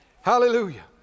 Hallelujah